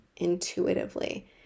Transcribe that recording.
Intuitively